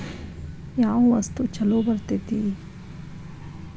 ಯಾವ ವಸ್ತು ಛಲೋ ಬರ್ತೇತಿ?